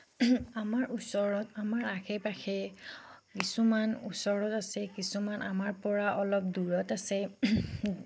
আমাৰ ওচৰত আমাৰ আশে পাশে কিছুমান ওচৰত আছে কিছুমান আমাৰপৰা অলপ দূৰত আছে